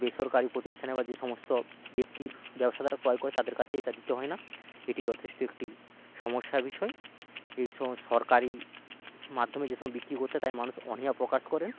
বেসরকারি প্রতিষ্ঠানে বা যে সমস্ত ব্যক্তির ব্যবসাদাররা ক্রয় করে তাদের কাছে এটা দিতে হয় না এটি যথেষ্ট একটি সমস্যার বিষয় এইসব সরকারি মাধ্যমে যেসব বিক্রি করতে তাই মানুষ অনীহা প্রকাশ করেন